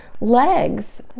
legs